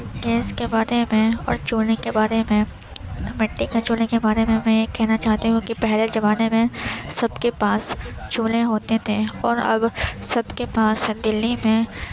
gas کے بارے میں اور چولہے کے بارے میں مٹی کے چولہے کے بارے میں میں یہ کہنا چاہتی ہوں کہ پہلے زمانے میں سب کے پاس چولہے ہوتے تھے اور اب سب کے پاس دلی میں